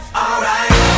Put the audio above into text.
alright